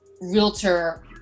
realtor